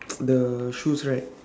the shoes right